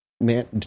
man